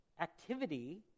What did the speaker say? activity